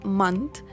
month